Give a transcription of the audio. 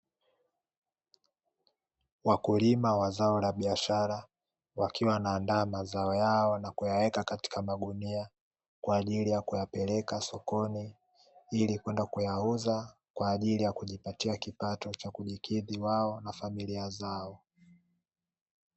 Wakulima wa zao la biashara wakiwa wanaandaa mazao yao na kuyaweka katika magunia, kwa ajili ya kuyapeleka sokoni ili kwenda kuyauza kwa ajili ya kujipatia kipato cha kujikidhi wao na familia zao.